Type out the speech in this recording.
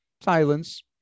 Silence